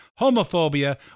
homophobia